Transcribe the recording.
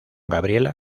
gabriela